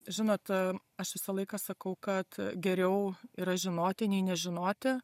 žinot aš visą laiką sakau kad geriau yra žinoti nei nežinoti